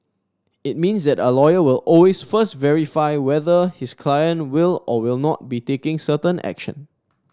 it means that a lawyer will always first verify whether his client will or will not be taking certain action